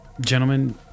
Gentlemen